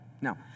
Now